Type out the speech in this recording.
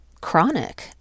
chronic